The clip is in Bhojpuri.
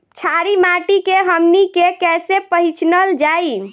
छारी माटी के हमनी के कैसे पहिचनल जाइ?